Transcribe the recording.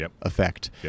effect